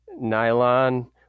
nylon